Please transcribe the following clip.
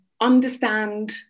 understand